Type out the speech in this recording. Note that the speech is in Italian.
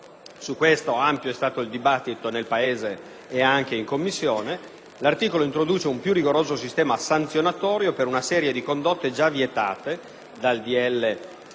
si è svolto un ampio dibattito nel Paese e anche in Commissione. Tale articolo introduce un più rigoroso sistema sanzionatorio per una serie di condotte già vietate dal